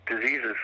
diseases